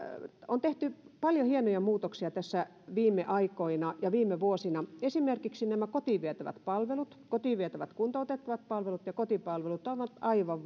on tehty paljon hienoja muutoksia tässä viime aikoina ja viime vuosina esimerkiksi nämä kotiin vietävät palvelut kotiin vietävät kuntouttavat palvelut ja kotipalvelut ovat aivan